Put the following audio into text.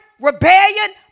rebellion